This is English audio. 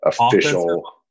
official